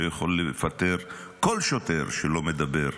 שיכול לפטר כל שוטר שלא מדבר,